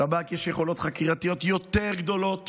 לשב"כ יש יכולות חקירתיות יותר גדולות